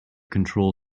control